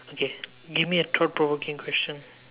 okay give me a thought provoking question